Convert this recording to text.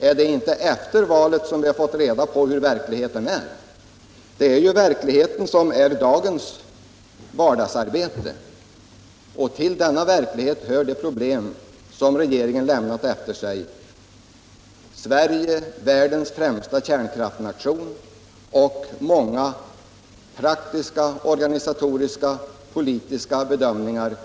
Är det inte efter valet som vi har fått reda på hurudan verkligheten är? Det är verkligheten som nu är vardagens arbete, och till den verkligheten hör de problem som regeringen har lämnat efter sig: Sverige, världens främsta kärnkraftsnation, samt många praktiska, organisatoriska och politiska bedömningar